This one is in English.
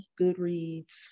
Goodreads